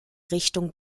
richtung